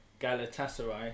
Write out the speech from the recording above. Galatasaray